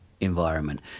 environment